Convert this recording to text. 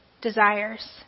desires